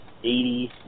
Eighty